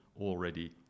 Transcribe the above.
already